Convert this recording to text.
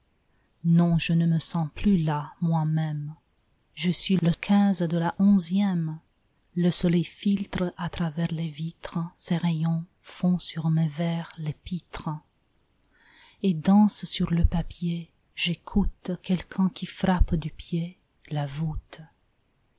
non je ne me sens plus là moi-même je suis le quinze de la onzième le soleil filtre à travers les vitres ses rayons font sur mes vers les pitres et dansent sur le papier j'écoute quelqu'un qui frappe du pied la voûte